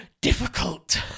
difficult